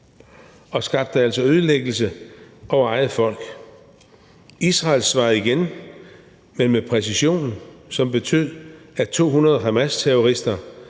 og skabte altså ødelæggelse over eget folk. Israel svarede igen, men med præcision, som betød, at 200 Hamasterrorister